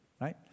Right